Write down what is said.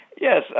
Yes